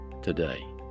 today